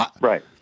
Right